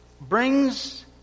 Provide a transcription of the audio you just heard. brings